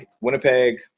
Winnipeg